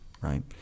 right